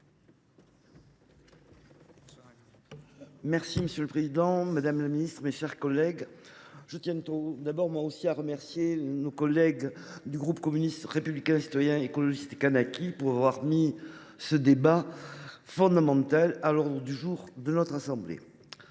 Monsieur le président, madame la ministre, mes chers collègues, je tiens tout d’abord moi aussi à remercier nos collègues du groupe Communiste Républicain Citoyen et Écologiste – Kanaky d’avoir inscrit ce débat fondamental à l’ordre du jour de notre assemblée.